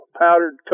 powdered